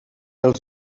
els